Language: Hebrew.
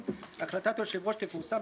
הוא זה שלוקח את הכסף שלנו,